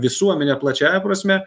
visuomenė plačiąja prasme